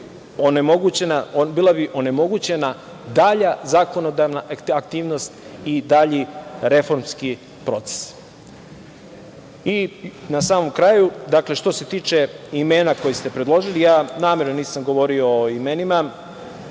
onemogućena dalje zakonodavna aktivnost i dalji reformski proces. Na samom kraju, što se tiče imena koja ste predložili, namerno nisam govorio o imenima.